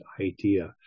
idea